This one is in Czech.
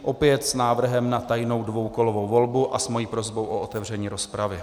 Opět s návrhem na tajnou dvoukolovou volbu a s mojí prosbou o otevření rozpravy.